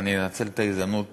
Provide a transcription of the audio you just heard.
ואני אנצל את ההזדמנות הפעם,